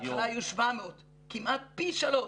בהתחלה היו 700. כמעט פי שלוש.